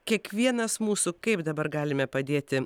kiekvienas mūsų kaip dabar galime padėti